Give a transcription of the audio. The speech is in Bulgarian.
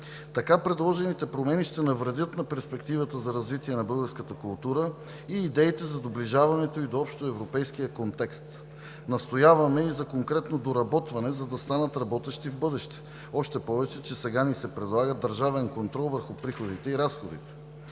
Така предложените промени ще навредят на перспективата за развитие на българската култура и идеите за доближаването ѝ до общоевропейския контекст. Настояваме и за конкретно доработване, за да станат работещи в бъдеще. Още повече че сега ни се предлага държавен контрол върху приходите и разходите.